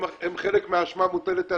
חלק מהאשמה מוטלת עליהם.